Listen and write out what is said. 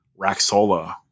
Raxola